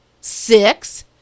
six